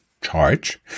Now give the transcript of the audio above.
charge